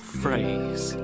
phrase